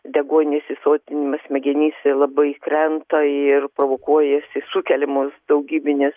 deguonies įsotinimas smegenyse labai krenta ir provokuojasi sukeliamus daugybinės